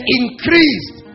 increased